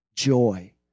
joy